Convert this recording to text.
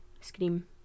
Scream